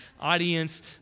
audience